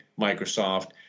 Microsoft